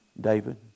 David